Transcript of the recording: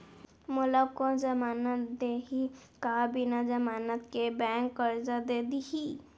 मोला कोन जमानत देहि का बिना जमानत के बैंक करजा दे दिही?